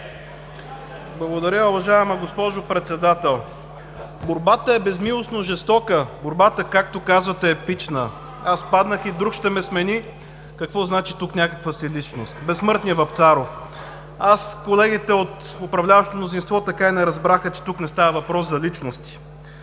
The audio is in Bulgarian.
Благодаря Ви, уважаема госпожо Председател. „Борбата е безмилостно жестока. Борбата, както казват, е епична. Аз паднах. Друг ще ме смени и… толкоз. Какво тук значи някаква си личност?!“ – Безсмъртният Вапцаров. Колегите от управляващото мнозинство така и не разбраха, че тук не става въпрос за личности.